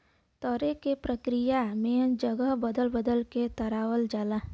तरे के प्रक्रिया में जगह बदल बदल के चरावल जाला